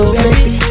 baby